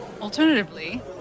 alternatively